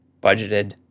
budgeted